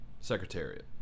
Secretariat